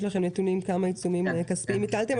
לכם נתונים כמה עיצומים כספיים הטלתם.